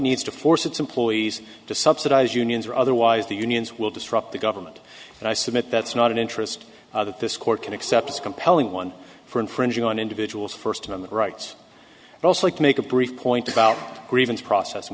needs to force its employees to subsidize unions or otherwise the unions will disrupt the government and i submit that's not an interest that this court can accept as compelling one for infringing on individuals first on the rights and also to make a brief point about grievance process and